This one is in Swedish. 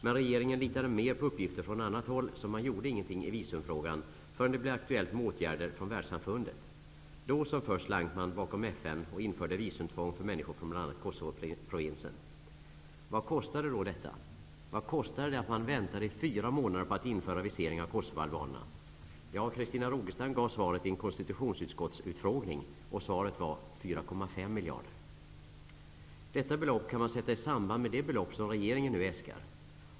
Men regeringen litade mer på uppgifter från annat håll, så man gjorde ingenting i visumfrågan förrän det blev aktuellt med åtgärder från världssamfundet. Då som först slank man bakom FN och införde visumtvång för människor från bl.a. Kosovoprovinsen. Vad kostade då detta? Vad kostade det att man väntade i fyra månader med att införa visering för kosovoalbanerna? Ja, Christina Rogestam gav svaret i en konstitutionsutskottsutfrågning. Svaret var 4,5 Detta belopp kan man sätta i samband med det belopp som regeringen nu äskar.